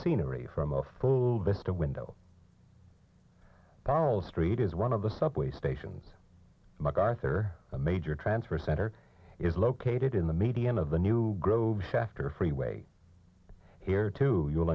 scenery from a full vista window barrels street is one of the subway stations macarthur a major transfer center is located in the median of the new grove shafter freeway here to you